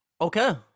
Okay